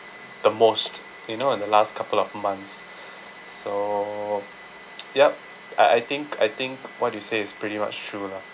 the most you know in the last couple of months so yup uh I think I think what you say is pretty much true lah